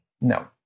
No